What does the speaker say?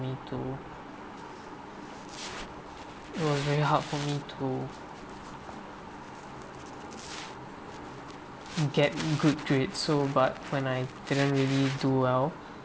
me to it was very hard for me to get could do it so but when I really didn't do well